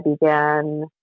began